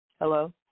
Hello